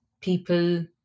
people